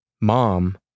Mom